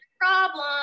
problem